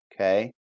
Okay